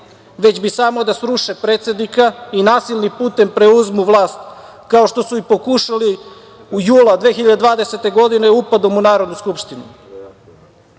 već bi samo da sruše predsednika i nasilni putem preuzmu vlast, kao što su i pokušali jula 2020. godine upadom u Narodnu skupštinu. Srbija